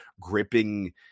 gripping